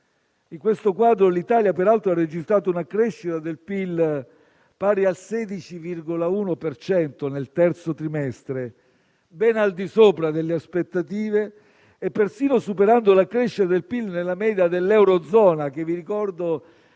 In questo quadro l'Italia peraltro ha registrato una crescita del PIL pari al 16,1 per cento nel terzo trimestre, ben al di sopra delle aspettative e persino superando la crescita del PIL nella media dell'eurozona, che vi ricordo